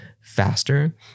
faster